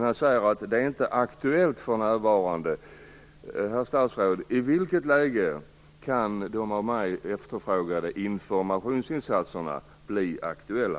Han säger att det inte är aktuellt för närvarande. Herr statsråd! I vilket läge kan de av mig efterfrågade informationsinsatserna bli aktuella?